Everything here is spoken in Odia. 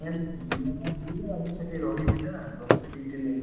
ନାଇ ନାଇ ବୁଲିବା ପାଇଁ ଯିବି ତ ଆଜି ସେଠି ରହିବିନା ରହିବି ଦୁଇ ତିନି ଦିନ